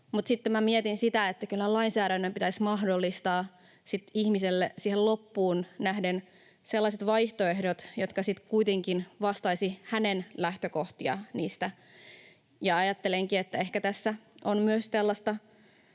mietin sitä, että kyllähän lainsäädännön pitäisi mahdollistaa ihmiselle siihen loppuun nähden sellaiset vaihtoehdot, jotka sitten kuitenkin vastaisivat hänen lähtökohtiaan niistä. Ajattelenkin, että ehkä tässä on myös tällaista